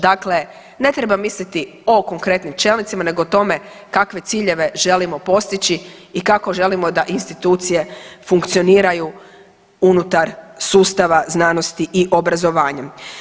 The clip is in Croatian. Dakle, ne treba misliti o konkretnim čelnicima nego o tome kakve ciljeve želimo postići i kako želimo da institucije funkcioniraju unutar sustava znanosti i obrazovanja.